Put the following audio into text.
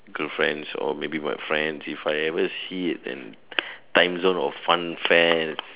girlfriends or maybe my friends if I ever see it an timezone or fun fairs